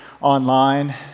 online